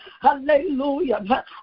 Hallelujah